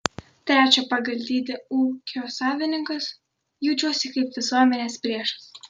trečio pagal dydį ūkio savininkas jaučiuosi kaip visuomenės priešas